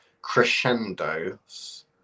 crescendos